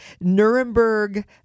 Nuremberg